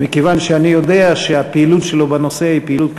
ומכיוון שאני יודע שהפעילות שלו בנושא היא פעילות,